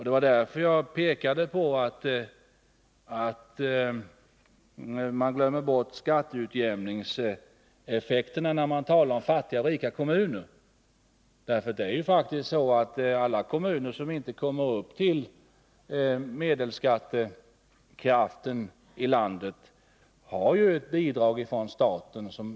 Det var därför jag pekade på att man inte statsverksamheten, får glömma bort skatteutjämningseffekterna, när man talar om fattiga och m.m. rika kommuner. Det är faktiskt så att alla kommuner som inte kommer upp till medelskattekraften i landet har ett bidrag ifrån staten.